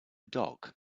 dock